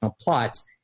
plots